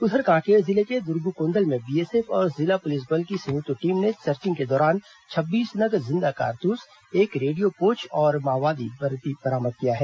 उधर कांकेर जिले के दुर्गूकोंदल में बीएसएफ और जिला पुलिस बल की संयुक्त टीम ने सर्विग के दौरान छब्बीस नग जिंदा कारतूस एक रेडियो पोच और माओवादी वर्दी बरामद किया है